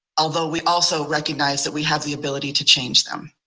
although we also recognize that we have the ability to change them.